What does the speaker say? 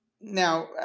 now